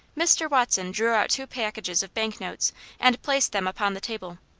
mr. watson drew out two packages of bank notes and placed them upon the table.